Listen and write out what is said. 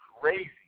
crazy